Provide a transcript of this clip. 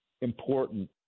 important